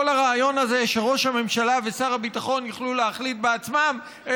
הרעיון הזה שראש הממשלה ושר הביטחון יוכלו להחליט בעצמם עם